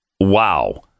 Wow